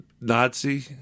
Nazi